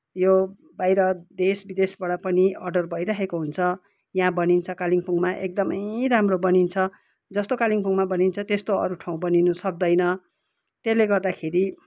यो बाहिर देश विदेशबाट पनि अर्डर भइरहेको हुन्छ यहाँ बनिन्छ कालिम्पोङमा एकदमै राम्रो बनिन्छ जस्तो कालिम्पोङमा बनिन्छ त्यस्तो अरू ठाउँ बनिनु सक्दैन त्यले गर्दाखेरि